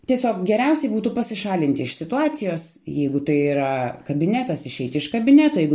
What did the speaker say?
tiesiog geriausia būtų pasišalinti iš situacijos jeigu tai yra kabinetas išeit iš kabineto jeigu